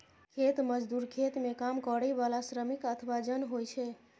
खेत मजदूर खेत मे काम करै बला श्रमिक अथवा जन होइ छै